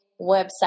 website